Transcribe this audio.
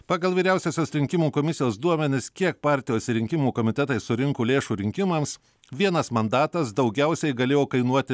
pagal vyriausiosios rinkimų komisijos duomenis kiek partijos rinkimų komitetai surinko lėšų rinkimams vienas mandatas daugiausiai galėjo kainuoti